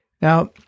Now